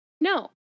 No